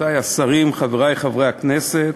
רבותי השרים, חברי חברי הכנסת,